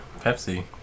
pepsi